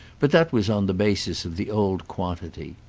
but that was on the basis of the old quantity.